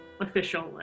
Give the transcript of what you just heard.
official